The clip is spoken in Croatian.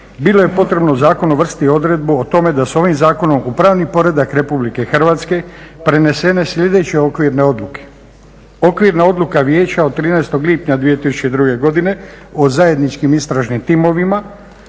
bilo je potrebno u zakon uvrstiti odredbu o tome da se ovim zakonom upravni poredak RH prenese na sljedeće okvirne odluke. Okvirna odluka Vijeća od 13. lipnja 2002. godine o zajedničkim istražnim timovima